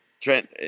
Trent